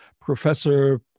professor